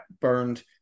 burned